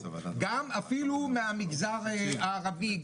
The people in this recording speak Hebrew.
אפילו מהמגזר הערבי.